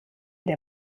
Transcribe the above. der